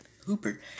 Hooper